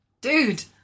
dude